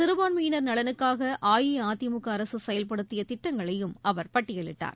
சிறுபான்மையினர் நலனுக்காக அஇஅதிமுக அரசு செயல்படுத்திய திட்டங்களையும் அவர் பட்டியலிட்டார்